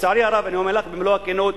לצערי הרב, אני אומר לך במלוא הכנות,